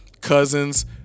cousins